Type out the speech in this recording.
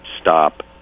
stop